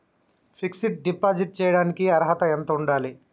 Fix డ్ deposit చేయటానికి అర్హత ఎంత ఉండాలి?